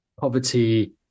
poverty